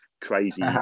crazy